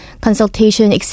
consultation